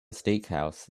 steakhouse